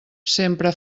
sempre